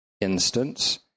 instance